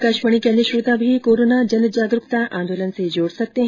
आकाशवाणी के अन्य श्रोता भी कोरोना जनजागरुकता आंदोलन से जुड सकते हैं